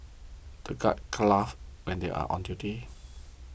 the guards can't laugh when they are on duty